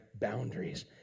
boundaries